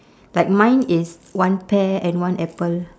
like mine is one pear and one apple